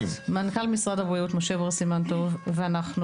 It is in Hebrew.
מנכ"ל משרד הבריאות משה בר סימן טוב ואנחנו